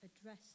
address